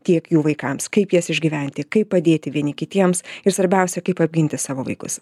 tiek jų vaikams kaip jas išgyventi kaip padėti vieni kitiems ir svarbiausia kaip apginti savo vaikus